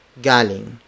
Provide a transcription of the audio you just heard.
Galing